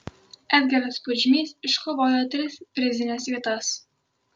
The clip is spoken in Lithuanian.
edgaras pudžmys iškovojo tris prizines vietas